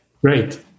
great